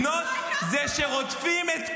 אני רוצה לומר